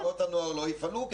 שמקומות הנוער לא יפעלו,